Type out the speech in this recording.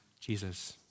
Jesus